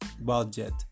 budget